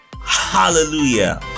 Hallelujah